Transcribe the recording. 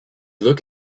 look